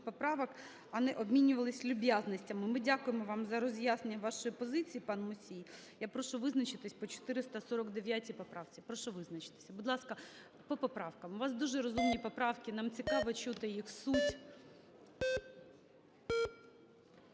поправок, а не обмінювалися люб'язностями. Ми дякуємо вам за роз'яснення вашої позиції, пан Мусій. Я прошу визначитися по 449 поправці. Прошу визначитися. Будь ласка, по поправках. У вас дуже розумні поправки, нам цікаво чути їх суть.